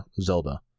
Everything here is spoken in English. Zelda